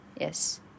Yes